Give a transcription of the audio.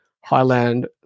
highland